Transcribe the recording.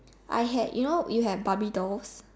I had you know you had barbie dolls